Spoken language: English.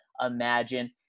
imagine